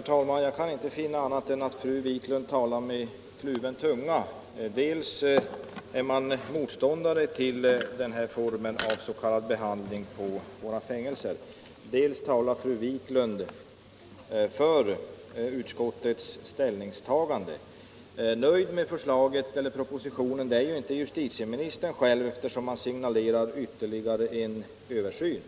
talman! Jag kan inte finna annat än att fru Wiklund talar med kluven tunga. Dels är hon motståndare till denna form av s.k. behandling på våra fängelser, dels talar hon för utskottets ställningstagande. Nöjd med propositionen är inte justitieministern själv, eftersom han signalerar ytterligare en översyn.